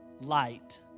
light